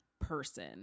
person